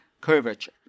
curvature